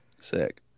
Sick